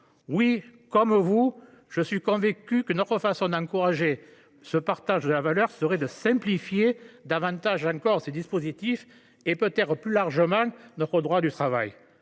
» Comme vous, je suis convaincu qu’une autre manière d’encourager le partage de la valeur serait de simplifier davantage encore ces dispositifs et, peut être plus largement, notre droit du travail.